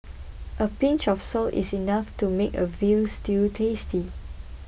a pinch of salt is enough to make a Veal Stew tasty